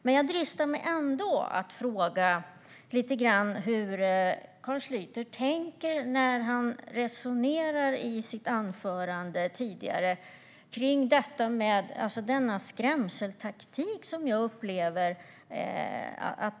Men jag dristar mig ändå att fråga hur Carl Schlyter tänker kring den skrämseltaktik jag upplever att han använde sig av i sitt tidigare anförande i talarstolen.